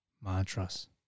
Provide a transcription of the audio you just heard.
mantras